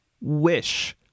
wish